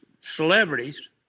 celebrities